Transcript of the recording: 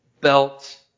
Belt